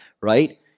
right